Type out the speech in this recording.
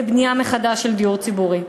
לבנייה מחדש של דיור ציבורי.